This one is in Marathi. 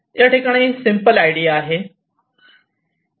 याठिकाणी सिम्पल आयडिया आहे